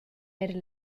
era